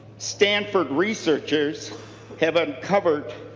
stanford researchers have uncovered